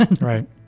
Right